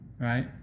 Right